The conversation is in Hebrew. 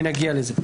ונגיע אליהן.